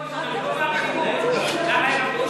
אדוני היושב-ראש,